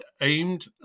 aimed